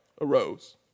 arose